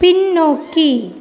பின்னோக்கி